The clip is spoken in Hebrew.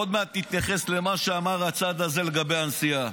עוד מעט נתייחס למה שאמר הצד הזה לגבי הנסיעה.